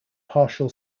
partial